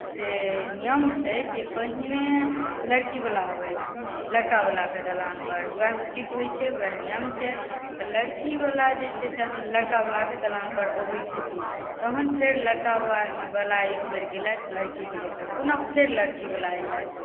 से नियम छै जे पहिने लड़की बला अबैथ लड़का बला के दलान पर वएह उचित होइ छै वएह नियम छै तऽ लड़की वाला जे छै से हम लड़का वाला के दलान पर अबै छथिन तहन फेर लड़का बला एक बेर गेलथि लड़की के देखलथि पुनः फेर लड़की वाला अयलथि